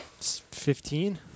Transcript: fifteen